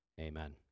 Amen